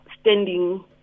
standing